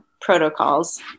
protocols